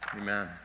Amen